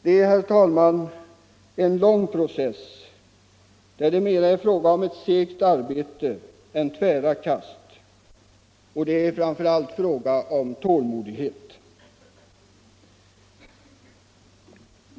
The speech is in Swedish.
Det är en lång process där det mera är fråga om ett segt arbete än tvära kast. Det är framför allt fråga om tålmodighet.